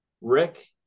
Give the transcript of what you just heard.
rick